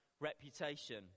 reputation